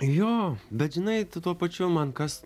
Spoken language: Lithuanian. jo bet žinai tu tuo pačiu man kas